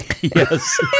Yes